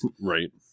right